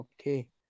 Okay